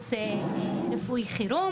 שירות רפואי חירום,